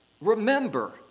remember